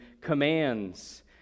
commands